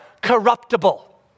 corruptible